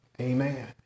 amen